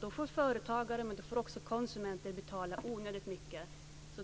Då får företagare och konsumenter betala onödigt mycket.